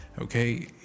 okay